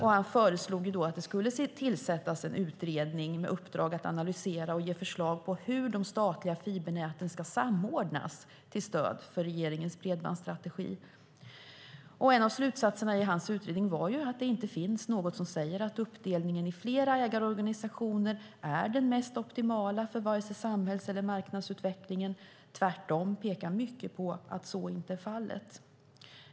Han föreslog att det skulle tillsättas en utredning med uppdrag att analysera och ge förslag på hur de statliga fibernäten ska samordnas till stöd för regeringens bredbandsstrategi. En av slutsatserna i hans utredning var att det inte finns något som säger att uppdelningen i flera ägarorganisationer är det mest optimala för samhälls och marknadsutvecklingen. Tvärtom pekar mycket på att så inte är fallet.